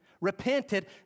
Repented